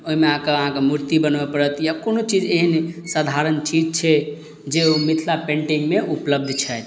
ओहिमे आकऽ आहाँके मूर्ति बनबऽ पड़त या कोनो चीज एहन साधारण चीज छै जे ओ मिथिला पेन्टिंगमे उपलब्ध छथि